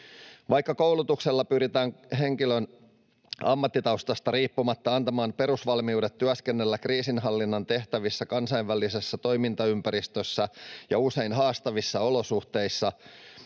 Vaikka koulutuksella pyritään henkilön ammattitaustasta riippumatta antamaan perusvalmiudet työskennellä kriisinhallinnan tehtävissä kansainvälisessä toimintaympäristössä ja usein haastavissa olosuhteissa,